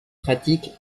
pratique